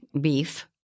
beef